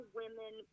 women